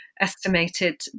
estimated